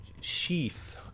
sheath